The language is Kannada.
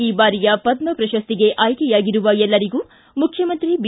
ಈ ಬಾರಿಯ ಪದ್ಮ ಪ್ರಶ್ವತಿಗೆ ಆಯ್ಕೆಯಾಗಿರುವ ಎಲ್ಲರಿಗೂ ಮುಖ್ಯಮಂತ್ರಿ ಬಿ